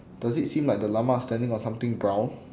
does it seem like the llama is standing on something brown